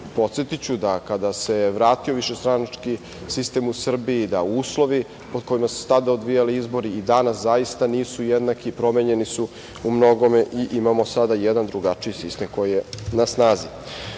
podsetiću da kada se vratio višestranački sistem u Srbiji, da uslovi pod kojima su se tada odvijali izbori i danas zaista nisu jednaki, promenjeni su umnogome i imamo sada jedan drugačiji sistem koji je na snazi. Iako